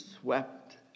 swept